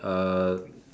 uh